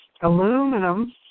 aluminum